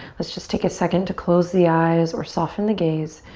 let's just take a second to close the eyes or soften the gaze,